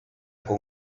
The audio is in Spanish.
con